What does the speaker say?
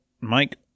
Mike